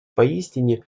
поистине